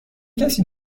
کسی